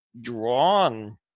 drawn